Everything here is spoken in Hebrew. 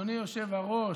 אדוני היושב-ראש,